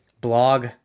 blog